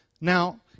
Now